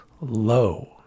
low